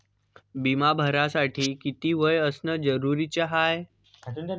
बिमा भरासाठी किती वय असनं जरुरीच हाय?